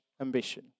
ambition